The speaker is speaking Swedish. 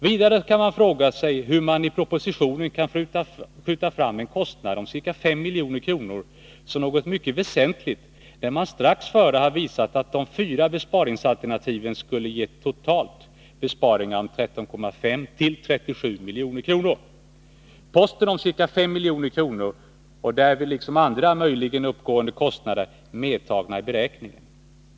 Vidare kan vi fråga oss hur man i propositionen kan skjuta fram en kostnad om ca 5 milj.kr. som något mycket väsentligt, när man strax före har visat att de fyra besparingsalternativen totalt skulle ge besparingar om 13,5 till 37 milj.kr. Posten om ca 5 milj.kr. är därvid, liksom andra möjligen uppstående kostnader, medtagna i beräkningen.